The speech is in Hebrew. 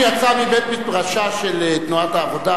שיצא מבית-מדרשה של תנועת העבודה,